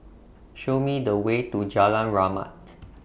Show Me The Way to Jalan Rahmat